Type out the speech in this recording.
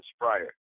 prior